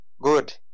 Good